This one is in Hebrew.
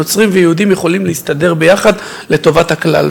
נוצרים ויהודים יכולים להסתדר יחד לטובת הכלל.